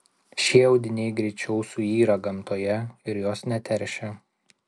šie audiniai greičiau suyra gamtoje ir jos neteršia